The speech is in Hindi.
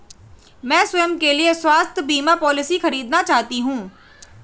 मैं स्वयं के लिए स्वास्थ्य बीमा पॉलिसी खरीदना चाहती हूं